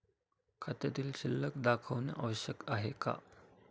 खात्यातील शिल्लक दाखवणे आवश्यक आहे का?